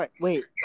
Wait